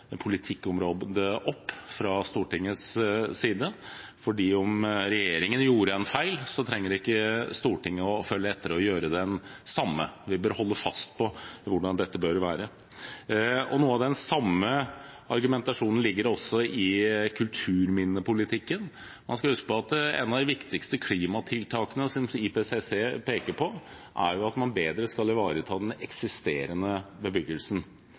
politikkområdet. Bare fordi regjeringen gjorde en feil, trenger ikke Stortinget å følge etter og gjøre den samme feilen. Vi bør holde fast på hvordan dette bør være. Noe av den samme argumentasjonen ligger også i kulturminnepolitikken. Man skal huske på at et av de viktigste klimatiltakene som IPCC peker på, er at man bedre skal ivareta den eksisterende bebyggelsen.